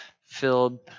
filled